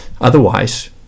Otherwise